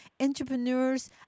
entrepreneurs